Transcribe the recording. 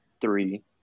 three